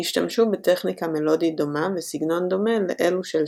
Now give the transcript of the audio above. השתמשו בטכניקה מלודית דומה וסגנון דומה לאלו של שופן.